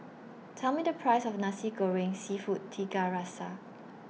Tell Me The Price of Nasi Goreng Seafood Tiga Rasa